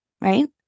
right